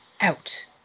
out